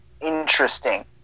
interesting